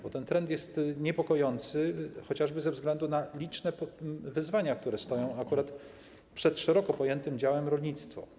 Bo ten trend jest niepokojący, chociażby ze względu na liczne wyzwania, które stoją akurat przed szeroko pojętym działem - rolnictwo.